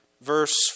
verse